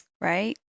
Right